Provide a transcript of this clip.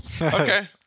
Okay